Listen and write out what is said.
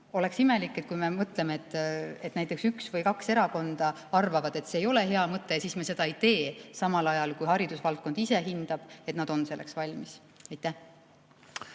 oleks imelik, kui me mõtleme, et näiteks üks või kaks erakonda arvavad, et see ei ole hea mõte, ja siis me seda ei tee, samal ajal kui haridusvaldkond ise hindab, et nad on selleks valmis. Aitäh!